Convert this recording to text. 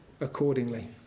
accordingly